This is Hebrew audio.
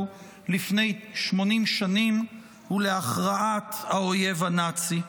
לפני 80 שנים ולהכרעת האויב הנאצי.